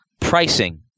pricing